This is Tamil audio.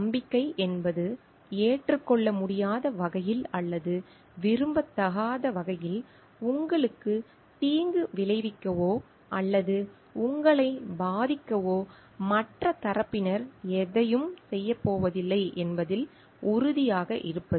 நம்பிக்கை என்பது ஏற்றுக்கொள்ள முடியாத வகையில் அல்லது விரும்பத்தகாத வகையில் உங்களுக்கு தீங்கு விளைவிக்கவோ அல்லது உங்களை பாதிக்கவோ மற்ற தரப்பினர் எதையும் செய்யப் போவதில்லை என்பதில் உறுதியாக இருப்பது